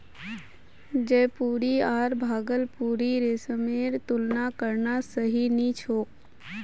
जयपुरी आर भागलपुरी रेशमेर तुलना करना सही नी छोक